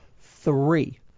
Three